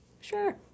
Sure